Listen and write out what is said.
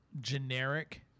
generic